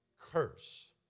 Curse